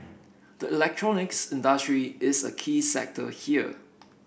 the electronics industry is a key sector here